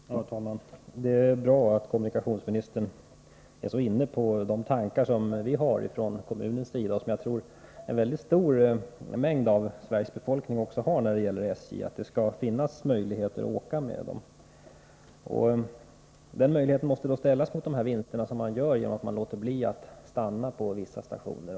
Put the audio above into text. Herr talman! Det är bra att kommunikationsministern är inne på samma tankar som vi från kommunens sida är inne på i detta sammanhang — tankar som jag tror att också en mycket stor del av Sveriges befolkning har, nämligen att det skall finnas möjlighet att åka med SJ. Den möjligheten måste ställas mot de vinster SJ gör genom att låta bli att stanna vid vissa stationer.